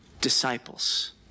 disciples